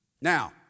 Now